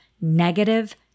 negative